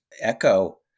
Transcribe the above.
echo